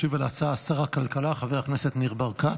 ישיב על ההצעה שר הכלכלה חבר הכנסת ניר ברקת,